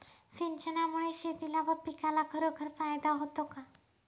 सिंचनामुळे शेतीला व पिकाला खरोखर फायदा होतो का?